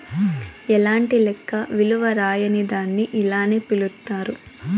ఎలాంటి లెక్క విలువ రాయని దాన్ని ఇలానే పిలుత్తారు